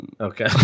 Okay